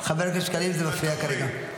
חבר הכנסת שקלים, זה מפריע כרגע.